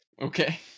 Okay